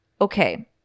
Okay